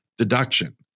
deduction